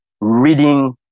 reading